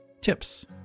Tips